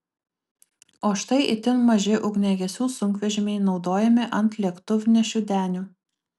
o štai itin maži ugniagesių sunkvežimiai naudojami ant lėktuvnešių denių